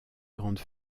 grandes